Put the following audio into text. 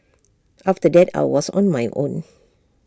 after that I was on my own